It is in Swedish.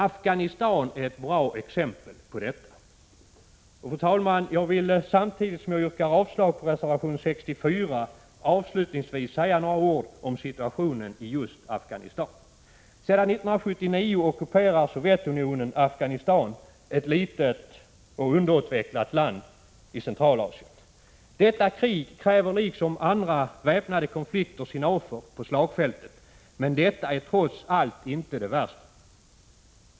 Afghanistan är ett bra exempel på detta. Fru talman! Jag vill samtidigt som jag yrkar avslag på reservation 64 avslutningsvis säga några ord om situationen i just Afghanistan. Sedan 1979 ockuperar Sovjetunionen Afghanistan, ett litet och underutvecklat land i Centralasien. Detta krig kräver liksom andra väpnade konflikter sina offer på slagfältet. Men detta är trots allt inte det värsta.